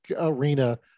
arena